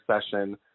session